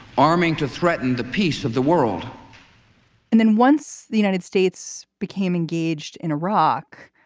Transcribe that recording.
arming to threaten the peace of the world and then once the united states became engaged in iraq,